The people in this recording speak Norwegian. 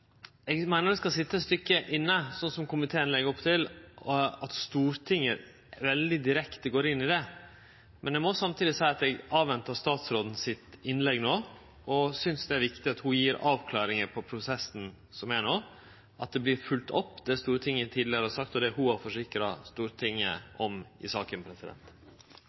Eg meiner det skal sitje eit stykke inne, slik komiteen legg opp til, at Stortinget veldig direkte går inn i det, men eg må samtidig seie at eg ventar på innlegget frå statsråden no, og synest det er viktig at ho avklarar prosessen – at det vert følgt opp det Stortinget tidlegare har sagt, og det ho har forsikra Stortinget om i saka.